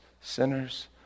sinners